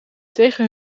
tegen